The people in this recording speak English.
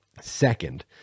Second